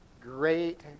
great